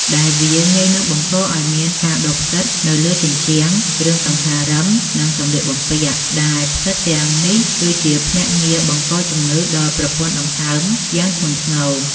ដែលវាងាយនឹងបង្កឱ្យមានការដុះផ្សិតនៅលើជញ្ជាំង គ្រឿងសង្ហារិម និងសំលៀកបំពាក់ ដែលផ្សិតទាំងនេះគឺជាភ្នាក់ងារបង្កជំងឺដល់ប្រព័ន្ធដង្ហើមយ៉ាងធ្ងន់ធ្ងរ។